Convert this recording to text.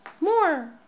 more